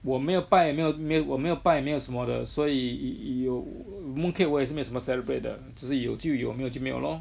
我没有拜也没有没有我没有拜也没有什么的所以有 mooncake 我也是没有什么 celebrate 的只是有就有没有就没有咯